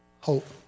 hope